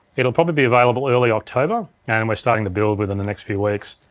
it'll probably be available early october and we're starting the build within the next few weeks.